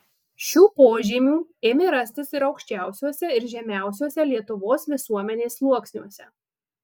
šių požymių ėmė rastis ir aukščiausiuose ir žemiausiuose lietuvos visuomenės sluoksniuose